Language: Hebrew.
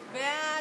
בעד,